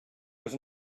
was